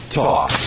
talk